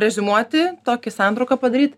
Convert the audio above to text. reziumuoti tokį santrauką padaryt